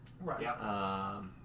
Right